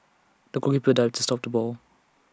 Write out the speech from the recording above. the goalkeeper dived to stop the ball